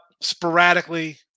Sporadically